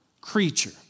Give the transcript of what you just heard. creature